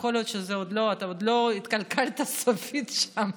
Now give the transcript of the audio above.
יכול להיות שעוד לא התקלקלת סופית שם,